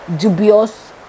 dubious